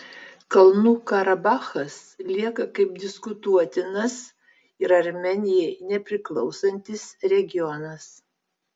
kalnų karabachas lieka kaip diskutuotinas ir armėnijai nepriklausantis regionas